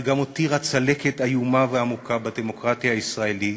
אבל גם הותירה צלקת איומה ועמוקה בדמוקרטיה הישראלית